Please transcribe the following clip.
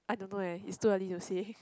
I don't know eh it's too early to say